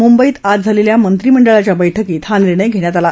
मुंबईत आज झालेल्या मंत्रीमंडळाच्या बैठकीत हा निर्णय घेण्यात आला